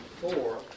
four